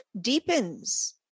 deepens